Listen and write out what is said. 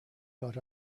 got